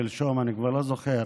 שלשום, אני כבר לא זוכר,